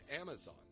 Amazon